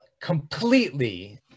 completely